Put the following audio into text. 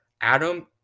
Adam